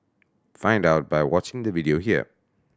find out by watching the video here